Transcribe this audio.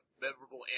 memorable